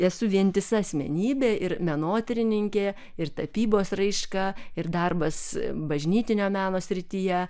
esu vientisa asmenybė ir menotyrininkė ir tapybos raiška ir darbas bažnytinio meno srityje